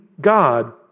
God